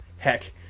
Heck